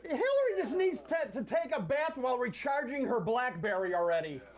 hillary just needs to to take a bath while recharging her blackberry already.